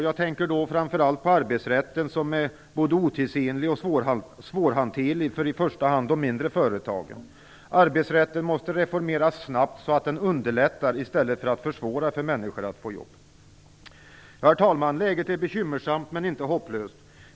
Jag tänker då framför allt på arbetsrätten som är både otidsenlig och svårhanterlig för i första hand de mindre företagen. Arbetsrätten måste reformeras snabbt så att den underlättar, i stället för att försvårar, för människor att få jobb. Herr talman! Läget är bekymmersamt, men inte hopplöst.